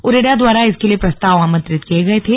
उरेडा द्वारा इसके लिए प्रस्ताव आमन्त्रित किए गए थे